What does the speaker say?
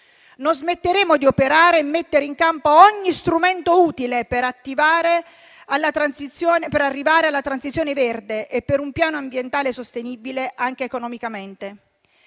Non smetteremo di operare e mettere in campo ogni strumento utile per arrivare alla transizione verde e per un piano ambientale sostenibile anche economicamente.